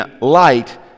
light